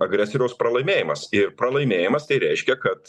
agresoriaus pralaimėjimas ir pralaimėjimas tai reiškia kad